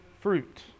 fruit